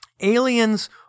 aliens